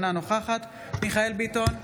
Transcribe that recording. אינה נוכחת מיכאל מרדכי ביטון,